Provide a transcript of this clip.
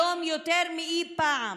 היום, יותר מאי פעם,